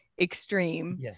extreme